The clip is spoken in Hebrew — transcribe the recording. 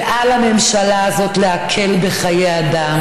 ואל לממשלה הזאת להקל בחיי אדם,